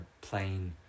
plain